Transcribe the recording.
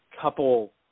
couple